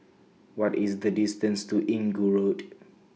What IS The distance to Inggu Road